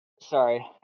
Sorry